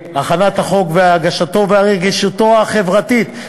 בהכנת החוק ובהגשתו ועל רגישותו החברתית,